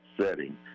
setting